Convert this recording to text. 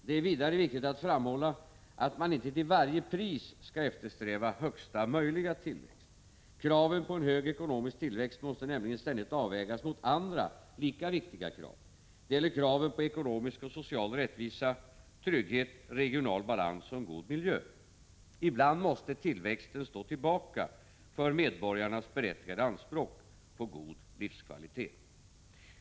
Det är vidare viktigt att framhålla att man inte till varje pris skall eftersträva högsta möjliga tillväxt. Kraven på en hög ekonomisk tillväxt måste nämligen ständigt avvägas mot andra lika viktiga krav. Det gäller kraven på ekonomisk och social rättvisa, trygghet, regional balans och en god miljö. Ibland måste tillväxten stå tillbaka för medborgarnas berättigade anspråk på god livskvalitet.